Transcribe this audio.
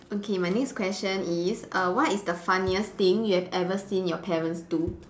okay my next question is err what is the funniest thing you have ever seen your parents do